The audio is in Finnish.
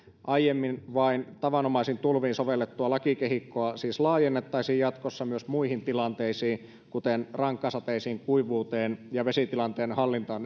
aiemmin vain tavanomaisiin tulviin sovellettua lakikehikkoa siis laajennettaisiin jatkossa myös muihin tilanteisiin kuten rankkasateisiin kuivuuteen ja vesitilanteen hallintaan